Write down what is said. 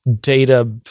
data